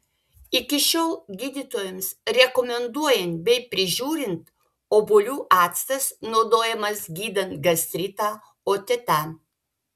iki šiol gydytojams rekomenduojant bei prižiūrint obuolių actas naudojamas gydant gastritą otitą